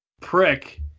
prick